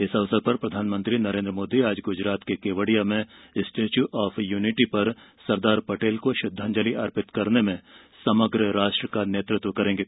इस अवसर पर प्रधानमंत्री नरेंद्र मोदी आज ग्जरात के केवडिया में स्टैच् ऑफ यूनिटी पर सरदार पटेल को श्रद्दांजलि अर्पित करने में समग्र राष्ट्र का नेतृत्व करेंगे